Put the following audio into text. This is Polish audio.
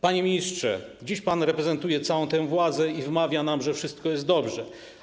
Panie ministrze, dziś pan reprezentuje całą tę władzę i wmawia nam, że wszystko jest dobrze.